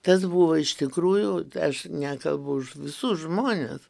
tas buvo iš tikrųjų aš nekalbu už visus žmones